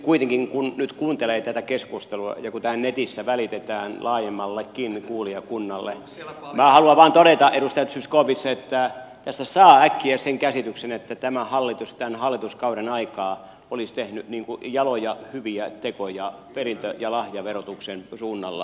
kuitenkin kun nyt kuuntelee tätä keskustelua ja kun tämä netissä välitetään laajemmallekin kuulijakunnalle minä haluan vain todeta edustaja zyskowicz tästä saa äkkiä sen käsityksen että tämä hallitus tämän hallituskauden aikaan olisi tehnyt jaloja hyviä tekoja perintö ja lahjaverotuksen suunnalla